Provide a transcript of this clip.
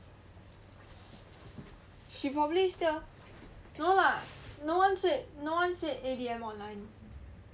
she probably still no lah no one no one said A_B_M online